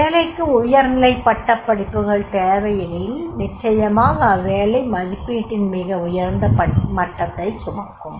ஒரு வேலைக்கு உயர்நிலை பட்டப்படிப்புகள் தேவையெனில் நிச்சயமாக அவ்வேலை மதிப்பீட்டின் மிக உயர்ந்த மட்டத்தை சுமக்கும்